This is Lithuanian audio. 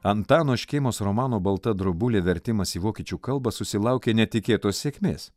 antano škėmos romano balta drobulė vertimas į vokiečių kalbą susilaukė netikėtos sėkmės